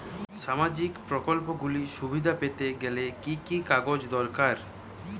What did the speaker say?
সামাজীক প্রকল্পগুলি সুবিধা পেতে গেলে কি কি কাগজ দরকার?